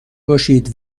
باشید